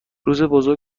بزرگ